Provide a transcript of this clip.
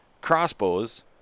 crossbows